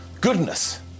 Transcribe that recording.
goodness